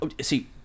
see